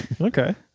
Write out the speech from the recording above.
Okay